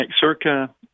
Circa